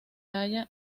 halla